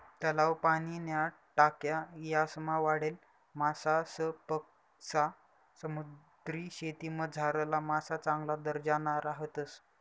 तलाव, पाणीन्या टाक्या यासमा वाढेल मासासपक्सा समुद्रीशेतीमझारला मासा चांगला दर्जाना राहतस